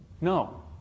No